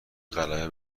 غلبه